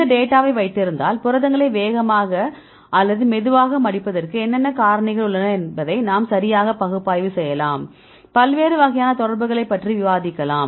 இந்தத் டேட்டாவை வைத்திருந்தாள் புரதங்களை வேகமாக அல்லது மெதுவாக மடிப்பதற்கு என்னென்ன காரணிகள் உள்ளன என்பதை நாம் சரியாக பகுப்பாய்வு செய்யலாம் பல்வேறு வகையான தொடர்புகளைப் பற்றி விவாதிக்கலாம்